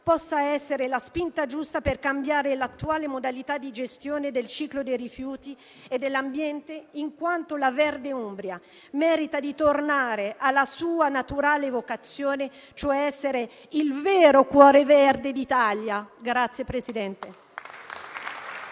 possa essere la spinta giusta per cambiare l'attuale modalità di gestione del ciclo dei rifiuti e dell'ambiente, in quanto la verde Umbria merita di tornare alla sua naturale vocazione e, cioè, essere il vero cuore verde d'Italia. (*Applausi*).